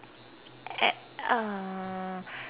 a~ uh